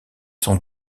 sans